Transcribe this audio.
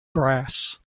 grass